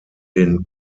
den